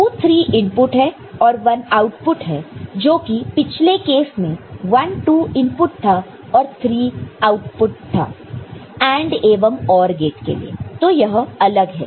23 input है और 1 output है जो कि पिछले केस में 12 इनपुट था और 3 आउटपुट था AND एवं OR गेट के लिए तो यह अलग है